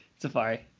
Safari